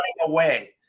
away